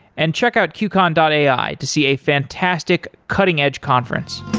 and check out qcon and ai to see a fantastic, cutting-edge conference.